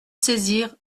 saisir